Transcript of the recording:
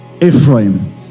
Ephraim